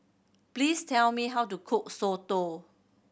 please tell me how to cook soto